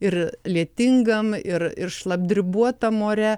ir lietingam ir ir šlapdribuotam ore